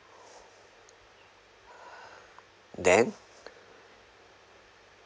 then